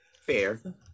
Fair